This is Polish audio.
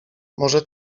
może